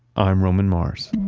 i'm roman mars